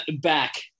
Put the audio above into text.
back